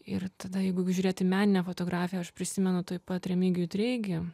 ir tada jeigu žiūrėt į meninę fotografiją aš prisimenu tuoj pat remigijų treigį